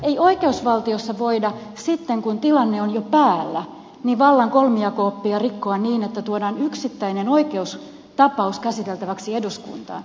ei oikeusvaltiossa voida sitten kun tilanne on jo päällä vallan kolmijako oppia rikkoa niin että tuodaan yksittäinen oikeustapaus käsiteltäväksi eduskuntaan